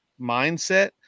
mindset